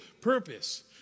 purpose